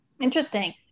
Interesting